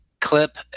clip